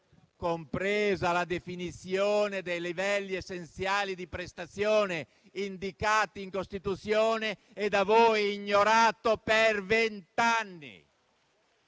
compresa la definizione dei livelli essenziali di prestazione, indicati in Costituzione, da voi ignorati per vent'anni